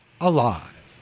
alive